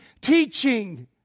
teaching